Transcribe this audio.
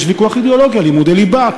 יש ויכוח אידיאולוגי על לימודי ליבה,